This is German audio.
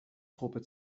truppe